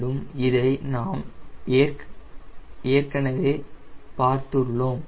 மேலும் நாம் அதை ஏற்கனவே பார்த்துள்ளோம்